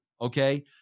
Okay